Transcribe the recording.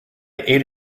ate